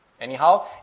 Anyhow